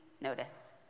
notice